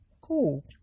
Cool